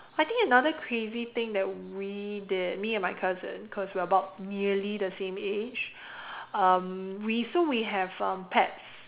I think another crazy thing that we did me and my cousin cause we're about nearly the same age um we so we have um pets